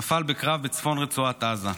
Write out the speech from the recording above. נפל בקרב בצפון רצועת עזה,